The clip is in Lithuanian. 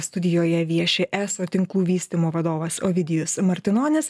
studijoje vieši eso tinklų vystymo vadovas ovidijus martinonis